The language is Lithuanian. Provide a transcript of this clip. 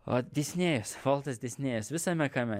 a disnėjus voltas disnėjus visame kame